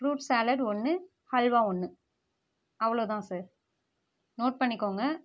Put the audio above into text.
fruit salad ஒன்று ஹல்வா ஒன்று அவ்வளோ தான் சார் நோட் பண்ணிக்கோங்க